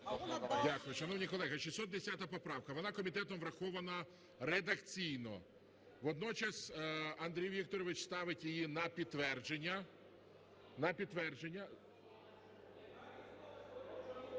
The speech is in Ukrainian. Дякую. Шановні колеги, 610 поправка, вона комітетом врахована редакційно, водночас Андрій Вікторович ставить її на підтвердження.